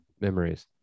memories